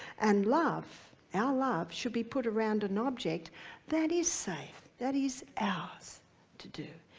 and love, our love, should be put around an object that is safe that is ours to do.